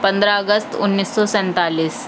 پندرہ اگست انیس سو سینتالیس